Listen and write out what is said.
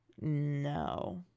No